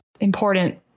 important